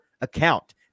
account